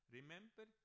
Remember